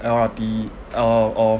M_R_T or or